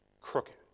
crooked